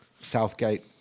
Southgate